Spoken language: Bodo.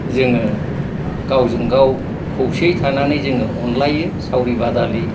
जोंयो गावजों गाव खौसेयै थानानै जोङो अनलायो सावरि बादालि